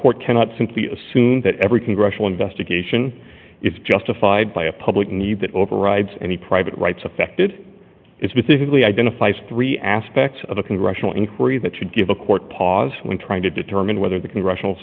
court cannot simply assume that every congressional investigation is justified by a public need that overrides any private rights affected it's basically identifies three aspects of a congressional inquiry that should give a court pause when trying to determine whether the congressional